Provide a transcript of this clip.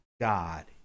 God